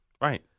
right